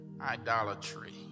idolatry